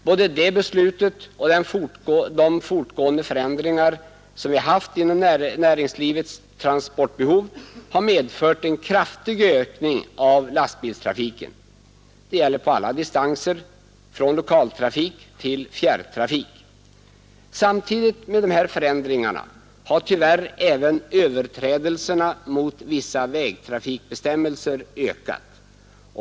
Både det beslutet och de fortgående förändringar vi haft i fråga om näringslivets transportbehov har medfört en kraftig ökning av lastbilstrafiken. Det gäller på alla distanser, från lokaltrafik till fjärrtrafik. Samtidigt med dessa förändringar har tyvärr även överträdelserna mot vissa vägtrafikbestämmelser ökat.